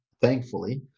thankfully